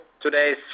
today's